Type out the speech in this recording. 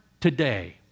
today